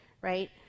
right